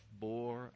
bore